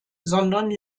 sondern